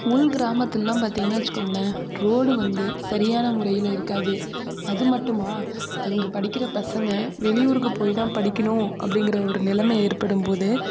உள் கிராமத்துலலாம் பார்த்திங்கன்னா வச்சுக்கோங்களேன் ரோடு வந்து சரியான முறையில் இருக்காது அது மட்டுமா அங்கே படிக்கிற பசங்க வெளி ஊருக்கு போய்த்தான் படிக்கணும் அப்படிங்கிற ஒரு நிலைமை ஏற்படும்போது